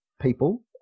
people